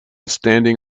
standing